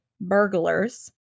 burglars